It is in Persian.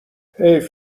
حیف